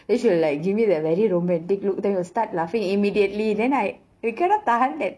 then she will like give me the very romantic look then we will start laughing immediately then I we cannot tahan that